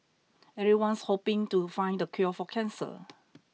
everyone's hoping to find the cure for cancer